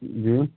جی